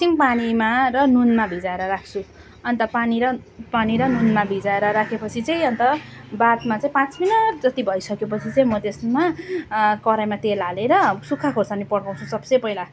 एकछिन पानीमा र नुनमा भिजाएर राख्छु अन्त पानी र र नुनमा भिजाएर राखे पछि चाहिँ अन्त बादमा चाहिँ पाँच मिनट जति भई सके पछि चाहिँ म त्यसमा कराहीमा तेल हालेर सुक्खा खुर्सानी पड्काउँछु सबसे पहिला